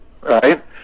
right